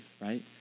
right